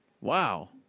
Wow